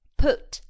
put